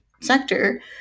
sector